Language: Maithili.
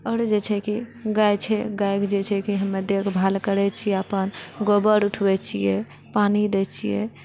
आओर जे छै कि गाय छै गायके जे छै देखभाल करैत छिऐ अपन गोबर उठबै छिऐ पानि देइ छिऐ